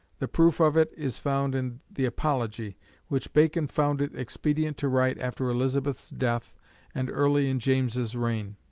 the proof of it is found in the apology which bacon found it expedient to write after elizabeth's death and early in james's reign.